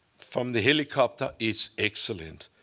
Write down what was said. from the helicopter, it's excellent.